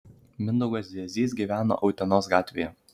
mindaugas ziezys gyvena utenos gatvėje